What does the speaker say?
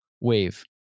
wave